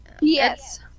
Yes